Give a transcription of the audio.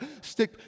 stick